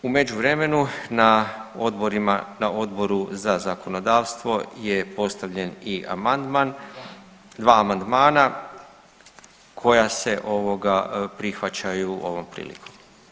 U međuvremenu na odborima, na Odboru za zakonodavstvo je postavljen i amandman, dva amandmana koja se ovoga prihvaćaju ovom prilikom.